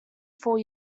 four